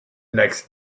next